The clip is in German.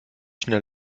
schnell